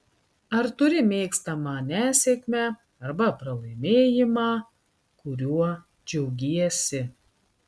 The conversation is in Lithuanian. ar turi mėgstamą nesėkmę arba pralaimėjimą kuriuo džiaugiesi